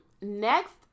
Next